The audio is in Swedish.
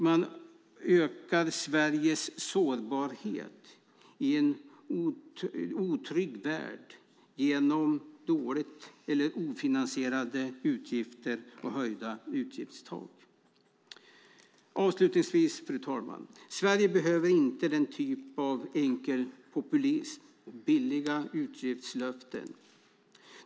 Man ökar Sveriges sårbarhet i en otrygg värld genom ofinansierade utgifter och höjda utgiftstak. Avslutningsvis, fru talman, vill jag säga att Sverige inte behöver denna typ av enkel populism och billiga utgiftslöften.